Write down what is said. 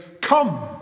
come